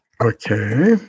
Okay